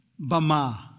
Bama